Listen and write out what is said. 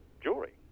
jewelry